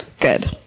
Good